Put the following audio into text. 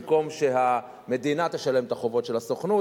במקום שהמדינה תשלם את החובות של הסוכנות,